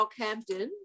Rockhampton